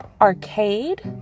Arcade